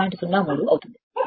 03 అవుతుంది